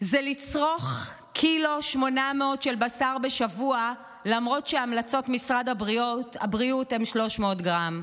זה לצרוך 1.8 קילו של בשר בשבוע למרות שהמלצות משרד הבריאות הן 300 גרם,